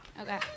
Okay